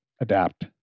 adapt